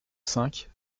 cinq